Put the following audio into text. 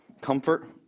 Comfort